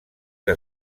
que